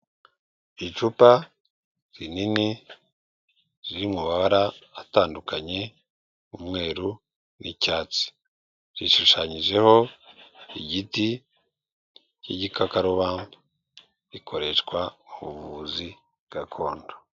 Icupa rinini riri mu mabara atandukanye umweru n'icyatsi, rishushanyijeho igiti k'igikakarubamba rikoreshwa mu buvuzi gakondo.